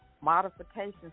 modifications